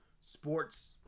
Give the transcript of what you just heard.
sports